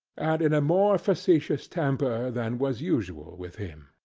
and in a more facetious temper than was usual with him.